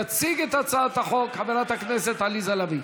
תציג את הצעת החוק חברת הכנסת עליזה לביא.